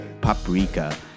paprika